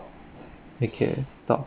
okay stops